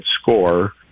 score